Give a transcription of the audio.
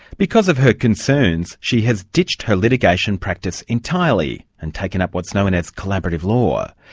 because of her concerns she has ditched her litigation practice entirely and taken up what's known as collaborative law.